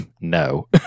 No